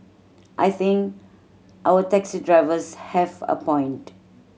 I think our taxi drivers have a point